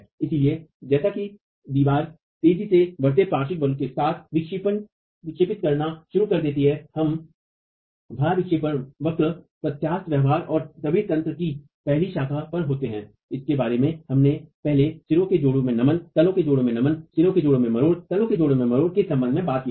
इसलिए जैसा कि दीवार तेजी से बढ़ते पार्श्व बल के साथ विक्षेपित करना शुरू कर देती है हम भहर विक्षेपण वक्र प्रत्यास्थ व्यवहार और सभी तंत्र की पहली शाखा पर होते हैं जिसके बारे में हमने पहले सिरों के जोड़ों में नमन तलों के जोड़ों में नमन सिरों के जोड़ों में मरोड़ तलों के जोड़ों में मरोड़ के संदर्भ में बात की थी